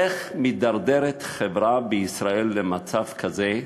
איך מידרדרת החברה בישראל למצב כזה,